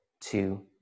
two